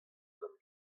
gant